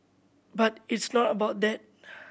but it's not about that